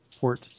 port